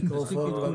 רכבים